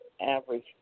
average